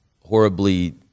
horribly